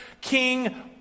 king